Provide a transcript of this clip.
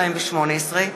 התשע"ח 2018,